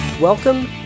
Welcome